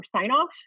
sign-off